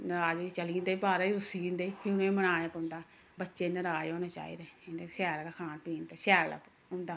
नराज होई चली जंदे बाहरै ई रूस्सी जंदे ते फिर उ'नें ई मनाना पौंदा बच्चे नराज होने चाहिदे उ'न्दे शैल गै खान पीन ते शैल होंदा